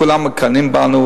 כולם מקנאים בנו,